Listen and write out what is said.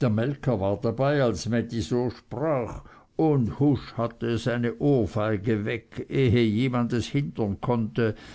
der melker war dabei als mädi so sprach und husch hatte es eine ohrfeige weg ehe jemand es hindern konnte